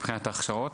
מבחינת ההכשרות?